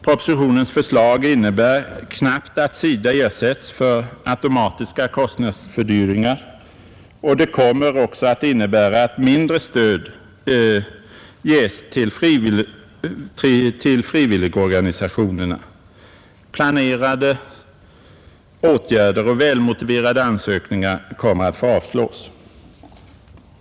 Propositionens förslag innebär att SIDA knappt ersätts för automatiska kostnadsfördyringar, och det kommer också att innebära att mindre stöd ges till frivilligorganisationerna. Planerade åtgärder kan inte genomföras och välmotiverade ansökningar kommer att få avslås.